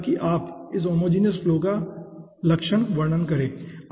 ताकि आप इस होमोजीनियस फ्लो का लक्षण वर्णन करें ठीक है